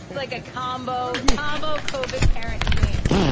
like a combo combo covered parents shame